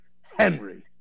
Henry